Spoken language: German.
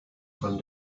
von